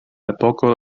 epoko